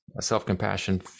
self-compassion